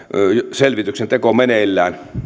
selvityksenteko meneillään